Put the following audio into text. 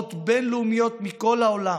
לחברות בין-לאומיות מכל העולם,